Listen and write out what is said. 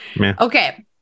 Okay